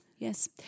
Yes